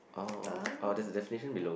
oh